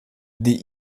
die